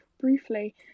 briefly